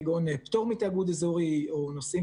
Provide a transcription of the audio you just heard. כגון פטור מתאגוד אזורי או נושאים